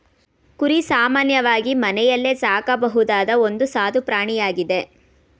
ಕುರಿ ಸಾಮಾನ್ಯವಾಗಿ ಮನೆಯಲ್ಲೇ ಸಾಕಬಹುದಾದ ಒಂದು ಸಾದು ಪ್ರಾಣಿಯಾಗಿದೆ